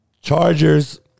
Chargers